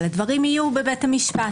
אבל הדברים כן מגיעים לבית המשפט,